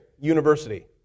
University